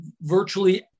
virtually